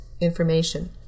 information